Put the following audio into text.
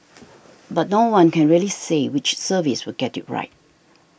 but no one can really say which service will get it right